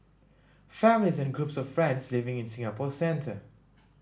families and groups of friends living in Singapore's centre